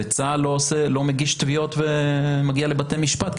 וצה"ל לא מגיש תביעות ומגיע לבתי משפט.